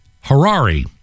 Harari